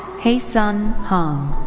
hye sun hong.